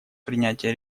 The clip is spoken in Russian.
принятия